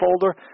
folder